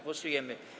Głosujemy.